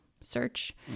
search